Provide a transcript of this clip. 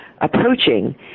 approaching